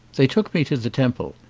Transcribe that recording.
they took me to the temple.